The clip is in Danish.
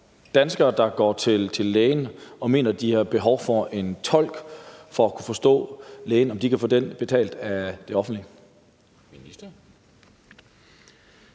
danskere, der går til lægen og mener, at de har behov for en tolk for at kunne forstå lægen, kan få det betalt af det offentlige.